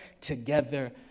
together